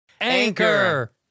Anchor